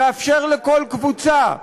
לאפשר לכל קבוצה,